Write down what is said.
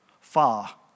Far